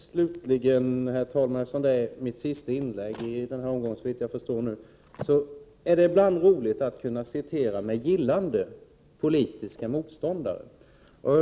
Slutligen vill jag, eftersom detta är mitt sista inlägg i denna replikomgång, såvitt jag förstår, säga att det är roligt att med gillande kunna citera politiska motståndare.